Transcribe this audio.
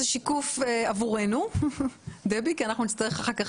שיקוף עבורנו יש כבר